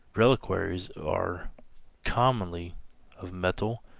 reliquaries are commonly of metal,